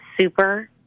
super